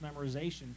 memorization